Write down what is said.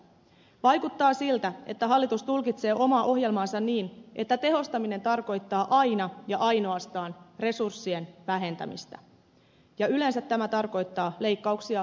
vaikuttaa siltä että hallitus tulkitsee omaa ohjelmaansa niin että tehostaminen tarkoittaa aina ja ainoastaan resurssien vähentämistä ja yleensä tämä tarkoittaa leikkauksia suoraan henkilöstöön